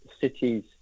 cities